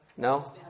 No